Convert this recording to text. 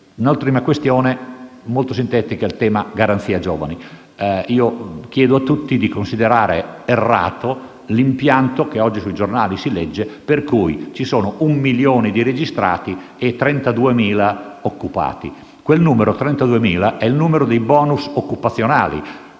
Un'ultima questione molto sintetica concerne il tema Garanzia giovani. Chiedo a tutti di considerare errato l'impianto, che oggi si legge sui giornali, per cui ci sono un milione di registrati e 32.000 occupati. Quel numero (32.000) sono i *bonus* occupazionali.